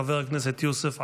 חבר הכנסת יוסף עטאונה.